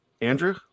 Andrew